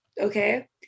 okay